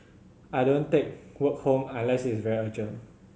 I don't take work home unless is very urgent